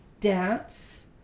dance